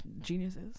geniuses